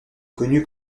connu